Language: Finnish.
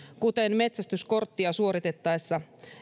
kuten metsästyskorttia suoritettaessa